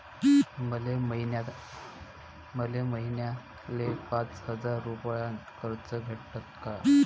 मले महिन्याले पाच हजार रुपयानं कर्ज भेटन का?